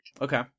Okay